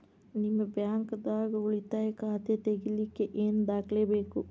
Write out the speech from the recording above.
ನಿಮ್ಮ ಬ್ಯಾಂಕ್ ದಾಗ್ ಉಳಿತಾಯ ಖಾತಾ ತೆಗಿಲಿಕ್ಕೆ ಏನ್ ದಾಖಲೆ ಬೇಕು?